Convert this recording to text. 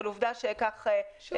אבל כך הוצע --- זה